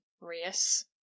race